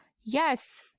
Yes